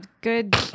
good